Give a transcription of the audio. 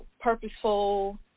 purposeful